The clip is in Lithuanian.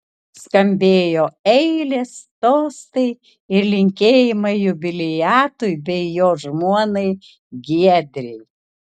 skambėjo eilės tostai ir linkėjimai jubiliatui bei jo žmonai giedrei